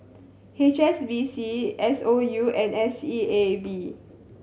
H S B C S O U and S E A B